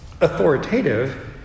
authoritative